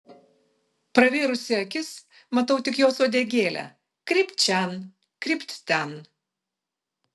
pravėrusi akis matau tik jos uodegėlę krypt šen krypt ten